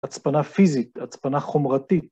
עצמנה פיזית, עצמנה חומרתית.